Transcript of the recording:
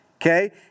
okay